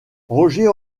roger